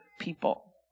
people